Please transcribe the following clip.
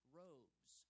robes